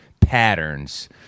patterns